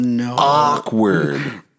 awkward